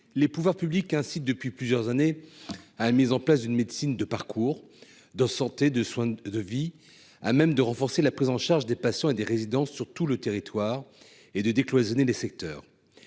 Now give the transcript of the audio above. Les pouvoirs publics incitent depuis plusieurs années à la mise en place d'une médecine de « parcours »- de santé, de soins, de vie -, à même de renforcer la prise en charge des patients et des résidents sur tout le territoire et de décloisonner les secteurs.